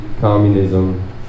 Communism